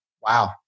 Wow